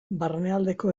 barnealdeko